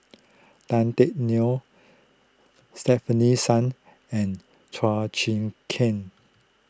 Tan Teck Neo Stefanie Sun and Chua Chim Kang